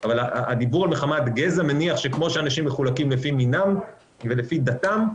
אבל הדיבור "מחמת גזע" מניח שכמו שאנשים מחולקים לפי מינם ולפי דתם,